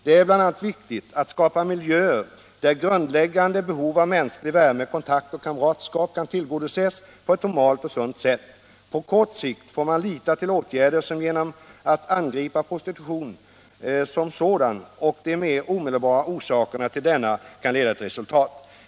Det är bl.a. viktigt att skapa miljöer där grundläggande behov av mänsklig värme, kontakt och kamratskap kan tillgodoses på ett normalt och sunt sätt. På kort sikt får man lita till åtgärder som genom att angripa prostitution som sådan och de mer omedelbara orsakerna till denna kan leda till resultat.